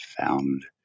found